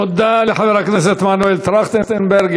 תודה לחבר הכנסת מנואל טרכטנברג.